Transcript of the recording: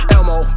Elmo